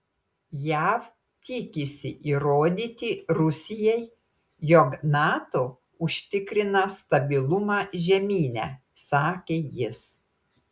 jav tikisi įrodyti rusijai jog nato užtikrina stabilumą žemyne sakė jis